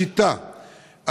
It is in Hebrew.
שאינן בשליטה שלנו,